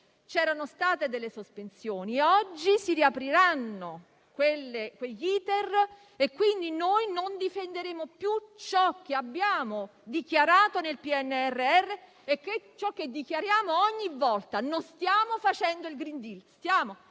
C'erano state delle sospensioni, ma oggi si riapriranno quegli *iter* e quindi noi non difenderemo più ciò che abbiamo dichiarato nel PNRR e ciò che dichiariamo ogni volta; non stiamo facendo il *green deal*, ma stiamo